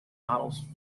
models